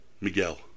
Miguel